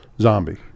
Zombie